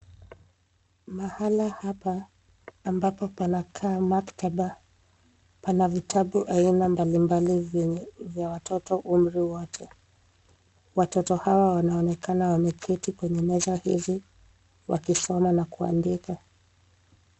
Mahala hapa ambapo panakaa maktaba pana vitabu aina mbalimbali vya watoto umri wote. Watoto hao wanaonekana wameketi kwenye meza hizi wakisoma na kuandika.